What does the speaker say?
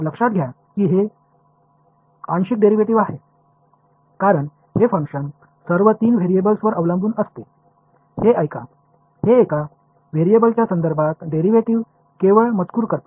लक्षात घ्या की हे आंशिक डेरिव्हेटिव्ह आहेत कारण हे फंक्शन सर्व तीन व्हेरिएबल्सवर अवलंबून असते हे एका व्हेरिएबल्सच्या संदर्भात डेरिव्हेटिव्ह केवळ मजकूर करतो